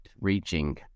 reaching